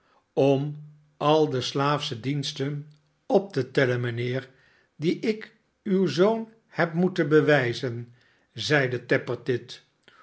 ora al de slaafsche diensten op te tellen mijnheer die ik uw zoon heb moeten bewijzen zeide tappertit